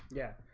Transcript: yeah.